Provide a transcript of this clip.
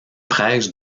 prêche